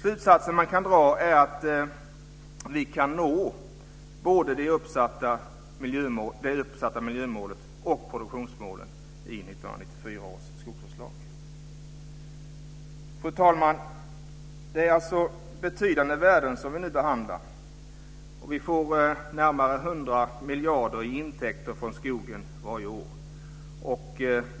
Slutsatsen man kan dra är att vi kan nå både det uppsatta miljömålet och produktionsmålen i 1994 års skogsvårdslag. Fru talman! Det är alltså betydande värden som vi nu behandlar. Vi får närmare 100 miljarder kronor i intäkter från skogen varje år.